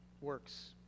works